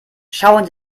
schauen